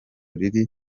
riri